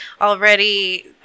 already